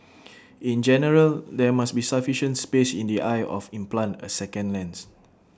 in general there must be sufficient space in the eye of implant A second lens